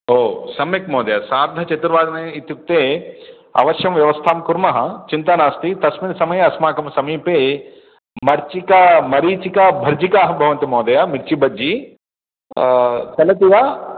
ओ सम्यक् महोदय सार्धचर्तुवादने इत्युक्ते अवश्यं व्यवस्थां कुर्मः चिन्ता नास्ति तस्मिन् समये अस्माकं समीपे मरीचिका मरीचिकाभर्जिकाः भवन्ति महोदय मीर्चिबज्जि चलति वा